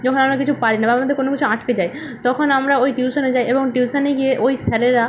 যখন আমরা কিছু পারি না বা আমাদের কোনো কিছু আটকে যায় তখন আমরা ওই টিউশনে যাই এবং টিউশনে গিয়ে ওই স্যারেরা